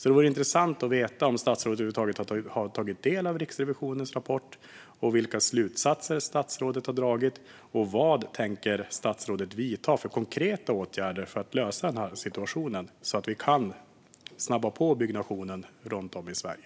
Det vore intressant att höra om statsrådet över huvud taget har tagit del av Riksrevisionens rapport, vilka slutsatser statsrådet har dragit och vad statsrådet tänker vidta för konkreta åtgärder för att lösa den här situationen så att vi kan snabba på byggnationen runt om i Sverige.